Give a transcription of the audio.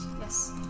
yes